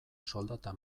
soldata